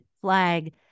flag